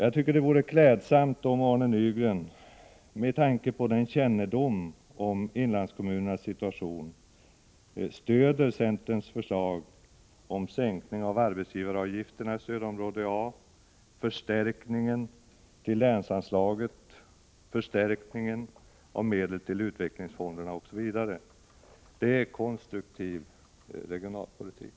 Jag tycker att det vore klädsamt om Arne Nygren — med tanke på den kännedom om inlandskommunernas situation som han har — stöder centerns förslag om sänkning av arbetsgivaravgifterna i stödområde A, förstärkning av länsanslaget, förstärkning av medel till utvecklingsfonderna osv. Det är en konstruktiv regionalpolitik.